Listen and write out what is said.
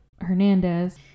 Hernandez